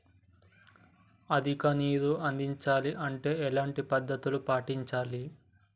అధిక నీరు అందించాలి అంటే ఎలాంటి పద్ధతులు పాటించాలి?